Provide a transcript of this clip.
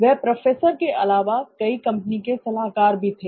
वह प्रोफेसर के अलावा कई कंपनी के सलाहकार भी थे